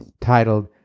titled